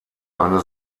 eine